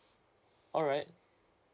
all right